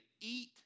eat